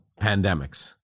pandemics